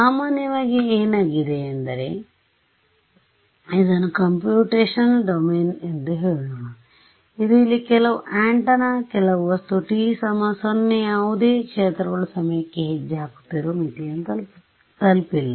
ಸಾಮಾನ್ಯವಾಗಿ ಏನಾಗಿದೆ ಎಂದರೆ ಇದನ್ನು ಕಂಪ್ಯೂಟೇಶನಲ್ ಡೊಮೇನ್ ಎಂದು ಹೇಳೋಣ ಇದು ಇಲ್ಲಿ ಕೆಲವು ಆಂಟೆನಾ ಕೆಲವು ವಸ್ತು t 0 ಯಾವುದೇ ಕ್ಷೇತ್ರಗಳು ಸಮಯಕ್ಕೆ ಹೆಜ್ಜೆ ಹಾಕುತ್ತಿರುವ ಮಿತಿಯನ್ನು ತಲುಪಿಲ್ಲ